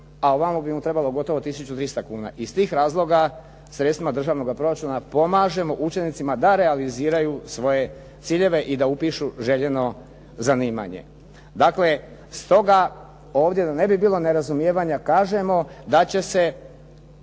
a ovamo bi mu trebalo gotovo 1300 kuna. Iz tih razloga sredstvima državnoga proračuna pomažemo učenicima da realiziraju svoje ciljeve i da upišu željeno zanimanje. Dakle, stoga ovdje da ne bi bilo nerazumijevanja kažemo da će se